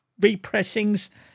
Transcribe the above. repressings